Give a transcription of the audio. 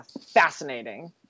fascinating